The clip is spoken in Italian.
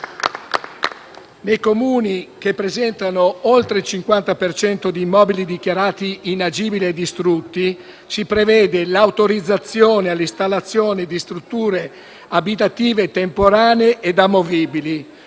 i Comuni che presentano oltre il 50 per cento di immobili dichiarati inagibili e distrutti si prevede l'autorizzazione all'installazione di strutture abitative temporanee e amovibili.